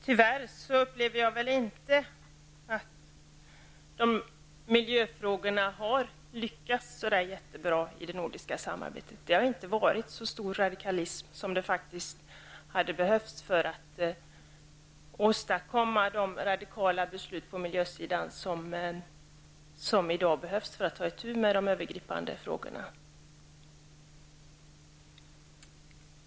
Tyvärr upplever jag inte att miljöfrågorna har haft särskilt stor framgång i det nordiska samarbetet. Det har inte varit den radikalism som faktiskt hade behövts för att åstadkomma de radikala beslut på miljösidan som är nödvändiga i dag för att man skall kunna ta itu med de övergripande frågorna.